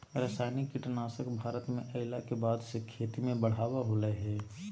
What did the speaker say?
रासायनिक कीटनासक भारत में अइला के बाद से खेती में बढ़ावा होलय हें